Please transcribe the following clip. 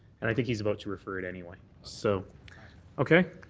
and i think he's about to refer it anyway. so okay.